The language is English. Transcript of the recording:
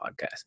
podcast